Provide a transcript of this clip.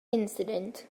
incident